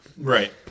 Right